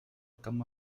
camp